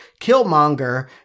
Killmonger